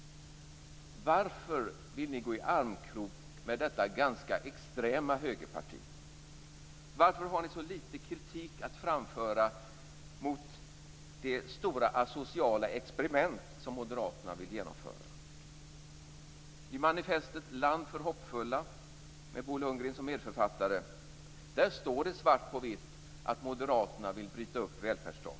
Varför vill ni gå i armkrok med detta ganska extrema högerparti? Varför har ni så litet kritik att framföra mot det stora asociala experiment som Moderaterna vill genomföra? I manifestet Land för hoppfulla, med Bo Lundgren som medförfattare, står det svart på vitt att Moderaterna vill bryta upp välfärdsstaten.